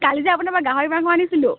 কালি যে আপোনাৰপৰা গাহৰি মাংস আনিছিলোঁ